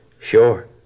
Sure